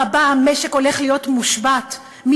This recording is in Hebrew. המשק הולך להיות מושבת בשבוע הבא,